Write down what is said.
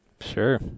Sure